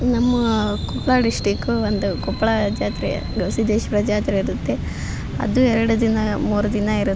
ನಮ್ಮ ಕೊಪ್ಪಳ ಡಿಸ್ಟಿಕ್ಕು ಒಂದು ಕೊಪ್ಪಳ ಜಾತ್ರೆ ಸಿದ್ಧೇಶ್ವರ ಜಾತ್ರೆ ಇರುತ್ತೆ ಅದು ಎರಡು ದಿನ ಮೂರು ದಿನ ಇರುತ್ತೆ